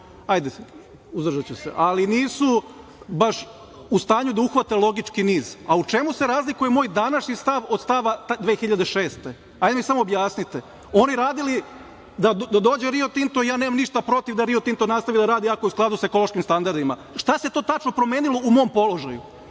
ajde, uzdržaću se, ali nisu baš u stanju da uhvate logički niz, a u čemu se razlikuje moj današnji stav od stava 2006. godine? Hajde mi samo objasnite. Oni radili da dođe Rio Tinto i ja nemam ništa protiv da Rio Tinto nastavi da radi, ako je u skladu sa ekološkim standardima. Šta se to tačno promenilo u mom položaju,